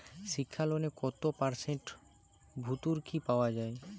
শিক্ষা লোনে কত পার্সেন্ট ভূর্তুকি পাওয়া য়ায়?